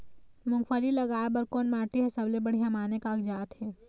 मूंगफली लगाय बर कोन माटी हर सबले बढ़िया माने कागजात हे?